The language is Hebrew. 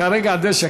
כרגע די שקט.